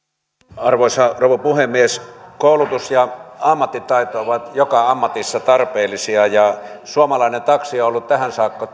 arvoisa rouva puhemies koulutus ja ammattitaito ovat joka ammatissa tarpeellisia ja suomalainen taksi on ollut tähän saakka